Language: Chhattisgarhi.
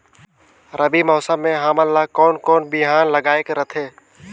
रबी मौसम मे हमन ला कोन कोन बिहान लगायेक रथे?